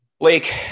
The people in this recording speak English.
Blake